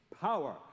power